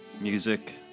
music